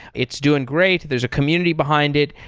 it's doing great. there's a community behind it,